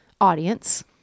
audience